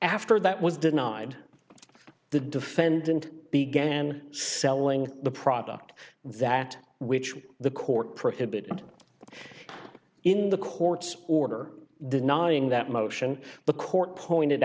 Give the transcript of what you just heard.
after that was denied the defendant began selling the product that which the court prohibited in the court's order did not being that motion the court pointed